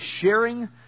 sharing